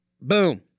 Boom